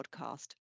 podcast